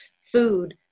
food